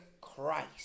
Christ